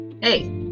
Hey